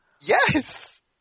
Yes